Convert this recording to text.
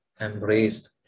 embraced